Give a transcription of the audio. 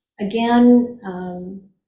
again